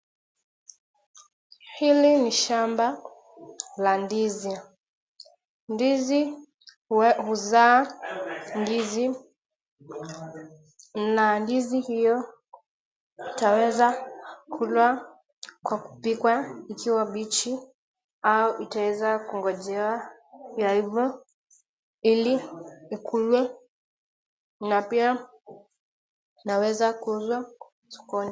Hili ni shamba la ndizi. Ndizi huzaa ndizi, na ndizi hiyo itaweza kuliwa kwa kupikwa ikiwa mbichi au itaweza kungojewa yaiva ili ikuliwe na pia naweza kuuzwa sokoni.